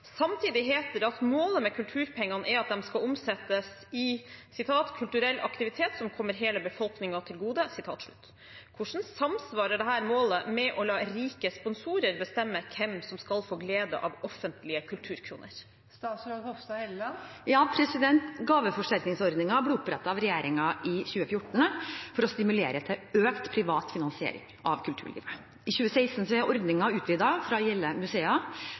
Samtidig heter det at målet med kulturpengene er at de skal omsettes i «kulturell aktivitet som kommer hele befolkningen til gode». Hvordan samsvarer dette målet med å la rike sponsorer bestemme hvem som skal få glede av offentlige kulturkroner?» Gaveforsterkningsordningen ble opprettet av regjeringen i 2014 for å stimulere til økt privat finansiering av kulturlivet. I 2016 er ordningen utvidet fra å gjelde museer